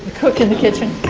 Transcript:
cook in the kitchen